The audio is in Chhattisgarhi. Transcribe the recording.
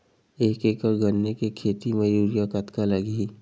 एक एकड़ गन्ने के खेती म यूरिया कतका लगही?